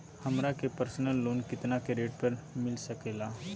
हमरा के personal loan कितना के रेट पर मिलता सके ला?